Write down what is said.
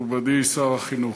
מכובדי שר החינוך,